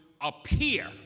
appear